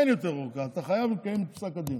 אין יותר ארכה, אתה חייב לקיים את פסק הדין.